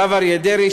הרב אריה דרעי,